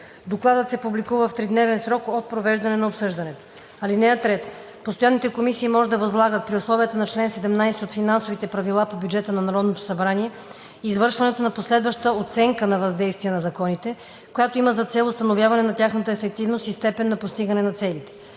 Докладът се публикува в тридневен срок от провеждане на обсъждането. (3) Постоянните комисии може да възлагат при условията на чл. 17 от Финансовите правила по бюджета на Народното събрание извършването на последваща оценка на въздействието на законите, която има за цел установяване на тяхната ефективност и степен на постигане на целите.